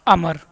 امر